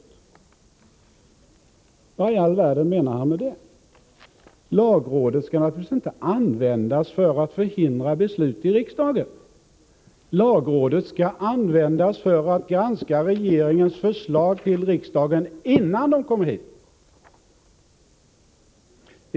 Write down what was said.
Vad i all världen menade han med det? Lagrådet skall naturligtvis inte utnyttjas för att förhindra beslut i riksdagen. Lagrådet skall utnyttjas för att granska regeringens förslag till riksdagen innan de kommer hit.